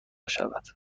شود